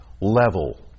Level